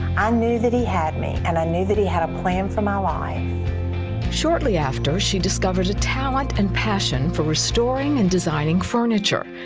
i knew that he had me, and i knew that he had a plan for my life. reporter shortly after she discovered a talent and passion for restoring and designing furniture.